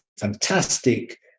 fantastic